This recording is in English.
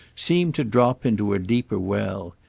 seemed to drop into a deeper well.